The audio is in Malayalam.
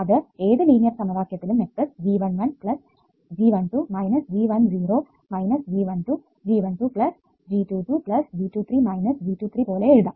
ഇത് ഏത് ലീനിയർ സമവാക്യത്തിലും matrix G11 G12 G120 G12 G12 G22 G23 G23 പോലെ എഴുതാം